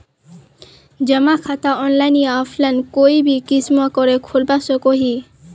जमा खाता ऑनलाइन या ऑफलाइन कोई भी किसम करे खोलवा सकोहो ही?